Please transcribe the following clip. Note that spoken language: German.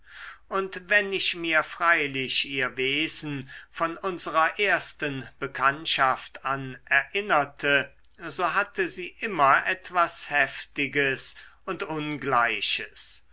und wenn ich mir freilich ihr wesen von unserer ersten bekanntschaft an erinnerte so hatte sie immer etwas heftiges und ungleiches